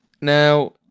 Now